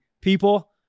people